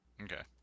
Okay